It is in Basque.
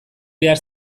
behar